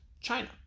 China